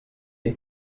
est